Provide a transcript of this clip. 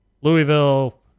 Louisville